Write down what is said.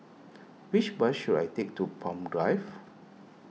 which bus should I take to Palm Drive